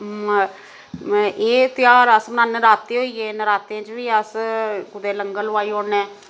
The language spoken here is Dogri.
एह् ध्यार अस मनाने नराते होइये नरातें च बी अस कुदै लंगर लोआई ओड़ने